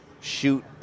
shoot